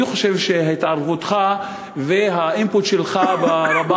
אני חושב שהתערבותך וה-input שלך ברמה